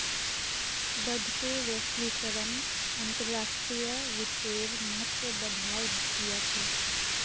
बढ़ते वैश्वीकरण अंतर्राष्ट्रीय वित्तेर महत्व बढ़ाय दिया छे